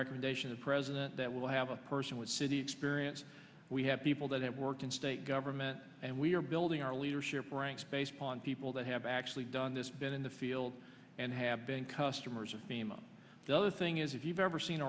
recommendation of president that will have a person with city experience we have people that work in state government and we are building our leadership ranks based on people that have actually done this been in the field and have been customers of bhima the other thing is if you've ever seen